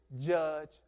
judge